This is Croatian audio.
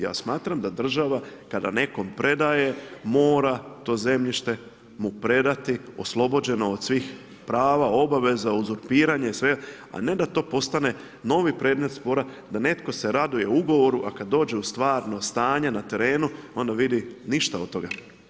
Ja smatram kada država nekom predaje mora mu to zemljište predati oslobođeno od svih prava, obaveza, uzurpiranje i svega, a ne da to postane novi predmet spora da netko se raduje ugovoru, a kada dođe u stvarno stanje na terenu onda vidi ništa od toga.